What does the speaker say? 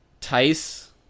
Tice